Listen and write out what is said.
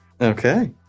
Okay